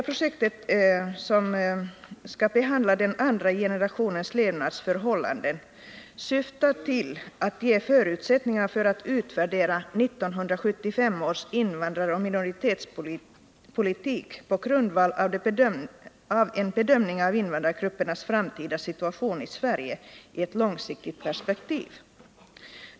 Projektet, som skall behandla den andra generationens levnadsförhållanden, syftar till att ”ge förutsättningar för att utvärdera 1975 års invandraroch minoritetspolitik på grundval av en bedömning av invandrargruppernas framtida situation i Sverige i ett långsiktigt perspektiv.